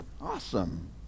Awesome